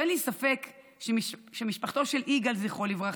שאין לי ספק שמשפחתו של יגאל, זכרו לברכה,